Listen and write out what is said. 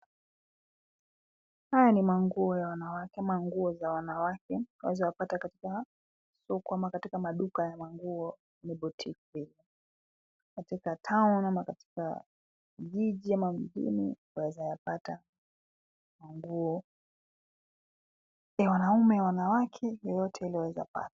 Haya ni manguo ya wanawake ama nguo za wanawake. Waeza yapata katika soko ama katika maduka ya manguo ni botiki katika (cs)town(cs) au katika jiji au mjini waeza yapata manguo ya wanaume, wanawake, yoyote ile waezapata.